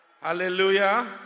Hallelujah